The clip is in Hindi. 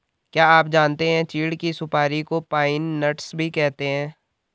क्या आप जानते है चीढ़ की सुपारी को पाइन नट्स भी कहते है?